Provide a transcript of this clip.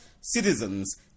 citizens